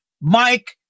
Mike